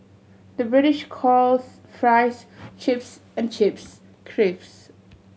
the British calls fries chips and chips crisps